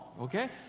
okay